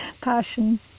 passion